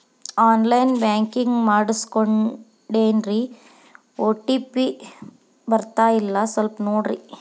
on line banking ಮಾಡಿಸ್ಕೊಂಡೇನ್ರಿ OTP ಬರ್ತಾಯಿಲ್ಲ ಸ್ವಲ್ಪ ನೋಡ್ರಿ